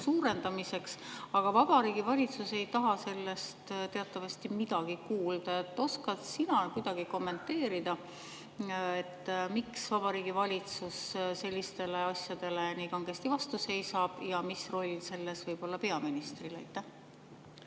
suurendamiseks, aga Vabariigi Valitsus ei taha sellest teatavasti midagi kuulda. Oskad sina kuidagi kommenteerida, miks Vabariigi Valitsus sellistele asjadele nii kangesti vastu seisab ja mis roll selles võib olla peaministril?